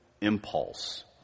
impulse